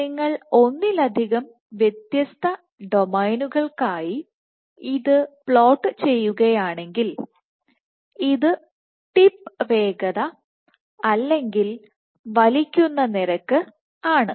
നിങ്ങൾ ഒന്നിലധികം വ്യത്യസ്ത ഡൊമെയ്നുകൾക്കായി ഇത് പ്ലോട്ട് ചെയ്യുകയാണെങ്കിൽ ഇത് ടിപ്പ് വേഗത അല്ലെങ്കിൽ വലിക്കുന്ന നിരക്ക് ആണ്